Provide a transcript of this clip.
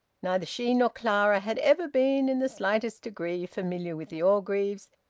neither she nor clara had ever been in the slightest degree familiar with the orgreaves,